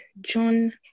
John